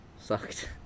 sucked